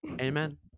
Amen